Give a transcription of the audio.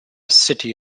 city